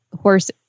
horse